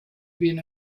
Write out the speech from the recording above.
been